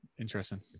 interesting